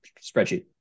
spreadsheet